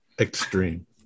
Extreme